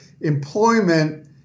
employment